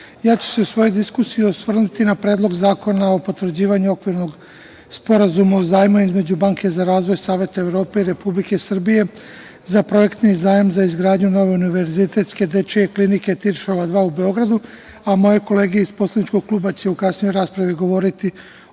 ja ću se u svojoj diskusiji osvrnuti na Predlog zakona o potvrđivanju okvirnog sporazuma o zajmu između Banke za razvoj Saveta Evrope, Republike Srbije, za projektni zajam za izgradnju nove Univerzitetske dečje klinike „Tiršova 2“ u Beogradu, a moje kolege iz poslaničkog kluba će kasnije govoriti